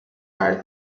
are